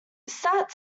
sat